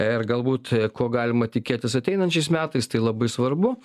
ir galbūt ko galima tikėtis ateinančiais metais tai labai svarbu